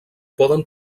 poden